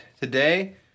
today